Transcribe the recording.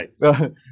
Right